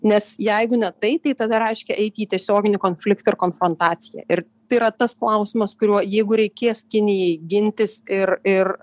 nes jeigu ne tai tai tada reiškia eiti į tiesioginį konfliktą ir konfrontaciją ir tai yra tas klausimas kuriuo jeigu reikės kinijai gintis ir ir